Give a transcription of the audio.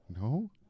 No